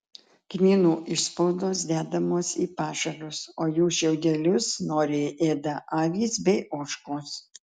kmynų išspaudos dedamos į pašarus o jų šiaudelius noriai ėda avys bei ožkos